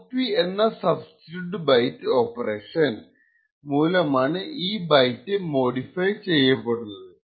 SP എന്ന substitute byte operation മൂലമാണ് ഈ ബൈറ്റ് മോഡിഫൈ ചെയ്യപ്പെടുന്നത്